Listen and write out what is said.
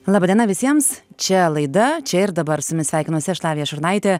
laba diena visiems čia laida čia ir dabar su jumis sveikinuosi aš lavija šurnaitė